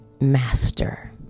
master